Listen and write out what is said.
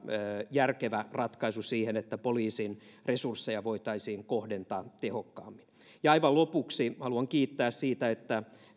järkevä ratkaisu siihen että poliisin resursseja voitaisiin kohdentaa tehokkaammin aivan lopuksi haluan kiittää siitä että